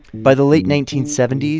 by the late nineteen seventy s,